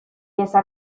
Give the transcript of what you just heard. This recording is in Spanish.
esa